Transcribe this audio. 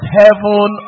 heaven